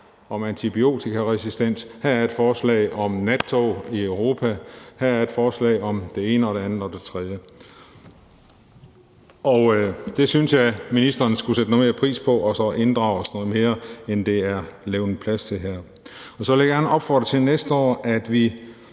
om antibiotikaresistens; her er et forslag om nattog i Europa; her er et forslag om det ene, det andet og det tredje. Det synes jeg ministrene skulle sætte lidt mere pris på og så inddrage os noget mere, end der er levnet plads til her. Så vil jeg gerne opfordre til, at vi